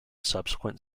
subsequent